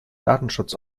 datenschutz